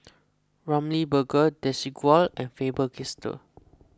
Ramly Burger Desigual and Faber Castell